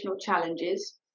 challenges